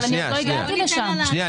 עוד לא הגעתי לשם --- שנייה,